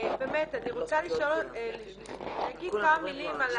אני רוצה להגיד כמה מילים על